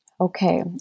Okay